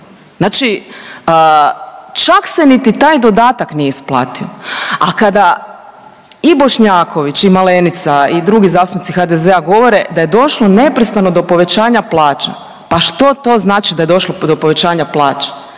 Znači čak se niti taj dodatak nije ispatio. A kada i Bošnjaković i Malenica i drugi zastupnici HDZ-a da je došlo nepristrano do povećanja plaća pa što to znači da je došlo do povećanja plaća,